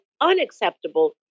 unacceptable